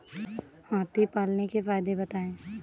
हाथी पालने के फायदे बताए?